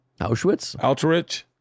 Auschwitz